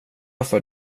för